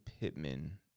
Pittman